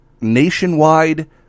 nationwide